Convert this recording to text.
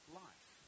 life